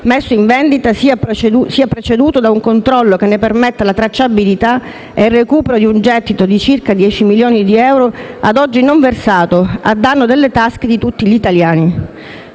messo in vendita sia preceduto da un controllo che ne permetta la tracciabilità e il recupero di un gettito di circa 10 milioni di euro ad oggi non versato a danno delle tasche di tutti gli italiani.